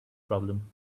problem